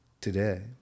today